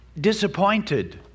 disappointed